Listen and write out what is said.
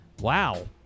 wow